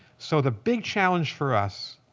so the big challenge for us